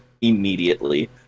immediately